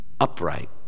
upright